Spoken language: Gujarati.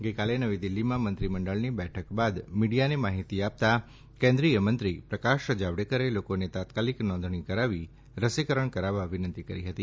ગઇકાલે નવી દિલ્હીમાં મંત્રીમંડળની બેઠક બાદ મીડિયાને માહિતી આપતાં કેન્દ્રીય મંત્રી પ્રકાશ જાવડેકરે લોકોને તાત્કાલિક નોંધણી કરાવી રસીકરણ કરાવવા વિનંતી કરી હતી